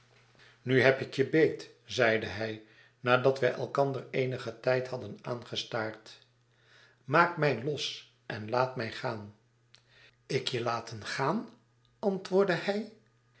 nu heb ik je beet zeide hij nadat wij elkander eenigen tijd hadden aangestaard maak mij los en laat mij gaan i ik je laten gaan antwoordde hij